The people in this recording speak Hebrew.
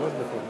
ראשון המציעים,